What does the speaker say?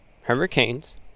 hurricanes